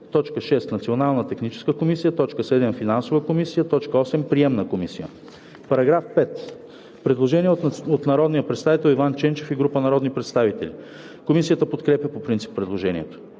6. Национална техническа комисия; 7. Финансова комисия; 8. Приемателна комисия.“ По § 5 има предложение от народния представител Иван Ченчев и група народни представители. Комисията подкрепя по принцип предложението.